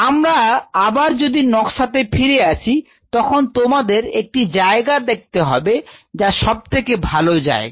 আমরা আবার যদি নকশাতে ফিরে আসি তখন তোমাদের একটি জায়গা দেখতে হবে যা সব থেকে ভালো জায়গা